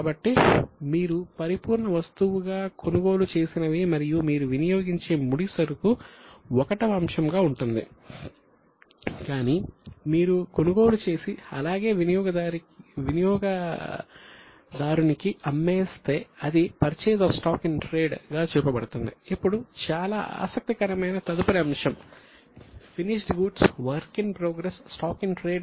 కాబట్టి మీరు పరిపూర్ణ వస్తువుగా కొనుగోలు చేసినవి మరియు మీరు వినియోగించే ముడిసరుకు I వ అంశంగా ఉంటుంది కానీ మీరు కొనుగోలు చేసి అలాగే వినియోగదారునికి అమ్మేస్తే అది purchase of stock in trade అని గుర్తుంచుకోండి